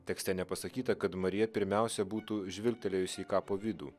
tekste nepasakyta kad marija pirmiausia būtų žvilgtelėjusi į kapo vidų